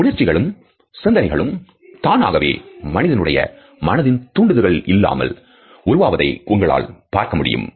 உணர்ச்சிகளும் சிந்தனைகளும் தானாகவே மனிதனுடைய மனத்தின்தூண்டுதல்கள் இல்லாமல் உருவாகுவதை உங்களால் பார்க்க முடியும்